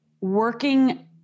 working